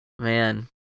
man